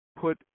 put